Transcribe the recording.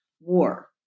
war